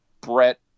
Brett